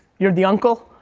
you're the uncle?